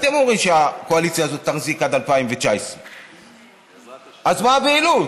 אתם אומרים שהקואליציה הזו תחזיק עד 2019. אז מה הבהילות?